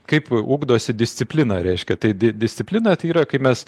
kaip ugdosi discipliną reiškia tai disciplina tai yra kai mes